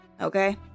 okay